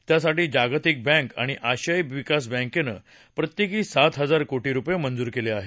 त्यासाठी जागतिक बँक आणि आशियाई विकास बँकेनं प्रत्येकी सात हजार कोटी रुपये मंजूर केले आहेत